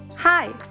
Hi